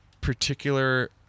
particular